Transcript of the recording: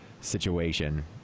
situation